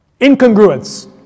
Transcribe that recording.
incongruence